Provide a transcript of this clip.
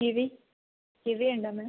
kiwi kiwi ഉണ്ടോ മാം